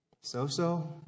So-so